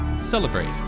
celebrate